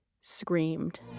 screamed